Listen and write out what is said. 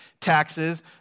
taxes